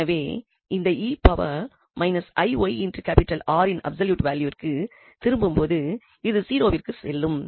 எனவே இந்த 𝑒−𝑖𝑦𝑅இன் அப்சொலூட் வேல்யூவிற்கு திரும்பும்போது இது 0விற்கு செல்லும்